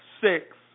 six